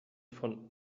von